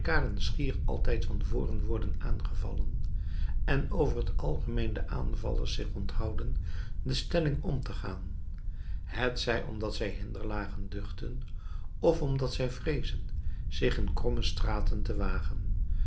altijd van voren worden aangevallen en over t algemeen de aanvallers zich onthouden de stelling om te gaan hetzij omdat zij hinderlagen duchten of omdat zij vreezen zich in kromme straten te wagen